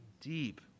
deep